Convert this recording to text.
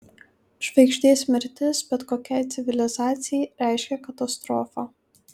žvaigždės mirtis bet kokiai civilizacijai reiškia katastrofą